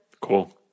Cool